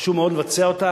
חשוב מאוד לבצע אותה,